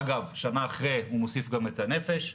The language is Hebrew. אגב, שנה אחרי הוא מוסיף גם את הנפש: